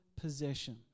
possession